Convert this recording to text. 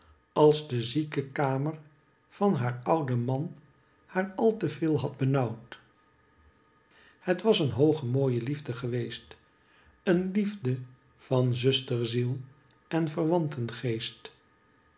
als de ziekekamer van haar ouden man haar al te veel had benauwd het was een hooge mooie liefde geweest een liefde van zusterziel en